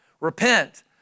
Repent